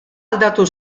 aldatu